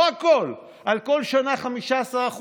לא הכול, על כל שנה 15%,